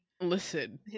listen